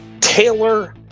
Taylor